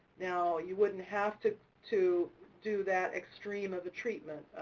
now, you wouldn't have to to do that extreme of a treatment.